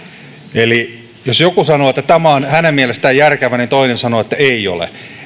jos joku sanoo että tämä on hänen mielestään järkevä niin toinen sanoo että ei ole